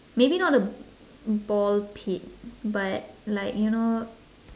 maybe not a ball pit but like you know